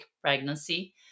pregnancy